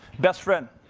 best friend,